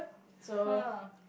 so